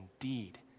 indeed